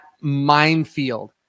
minefield